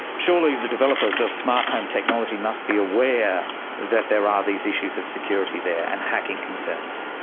surely the developers of smart home technology must be aware that there are these issues of security there and hacking concerns?